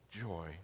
joy